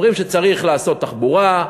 אומרים שצריך לעשות תחבורה,